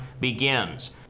begins